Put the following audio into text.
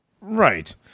right